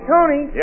Tony